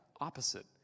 opposite